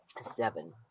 Seven